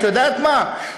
את יודעת מה,